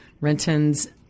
Renton's